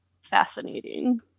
fascinating